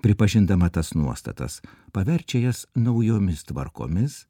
pripažindama tas nuostatas paverčia jas naujomis tvarkomis